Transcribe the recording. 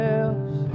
else